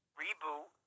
Reboot